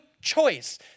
choice